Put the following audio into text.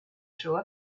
through